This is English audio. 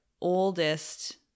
oldest